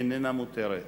איננה מותרת.